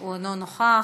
הוא אינו נוכח,